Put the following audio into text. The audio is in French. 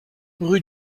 rue